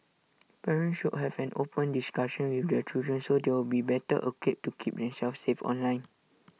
parents should have an open discussion with their children so they'll be better equipped to keep themselves safe online